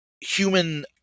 human